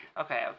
okay